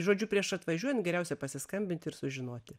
žodžiu prieš atvažiuojant geriausia pasiskambinti ir sužinoti